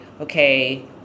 okay